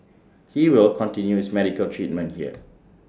he will continue his medical treatment here